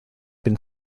been